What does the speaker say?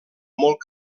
molt